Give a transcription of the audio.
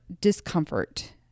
discomfort